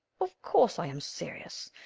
of course i am serious.